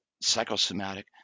psychosomatic